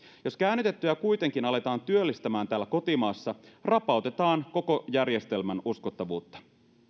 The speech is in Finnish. jos käännytettyä kuitenkin aletaan työllistämään täällä kotimassa rapautetaan koko järjestelmän uskottavuutta